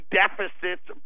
deficits